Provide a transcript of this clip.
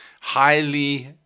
highly